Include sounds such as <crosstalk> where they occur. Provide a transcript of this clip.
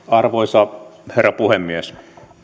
<unintelligible> arvoisa herra puhemies